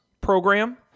program